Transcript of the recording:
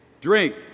drink